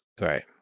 Right